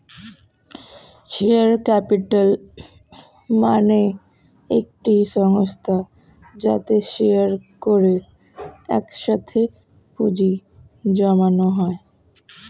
share capital মানে একটি সংস্থা যাতে শেয়ার করে একসাথে পুঁজি জমানো হয়